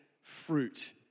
fruit